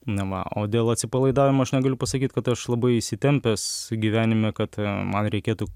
na va o dėl atsipalaidavimo aš negaliu pasakyt kad aš labai įsitempęs gyvenime kad man reikėtų